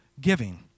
giving